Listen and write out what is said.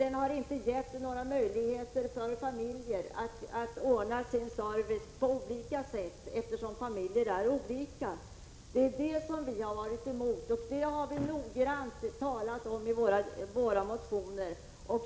Det har då inte givits några möjligheter för familjerna att ordna sin service på olika sätt. Men familjer är ju olika. Det är detta som vi har varit emot, och det har vi tydligt angivit i våra motioner.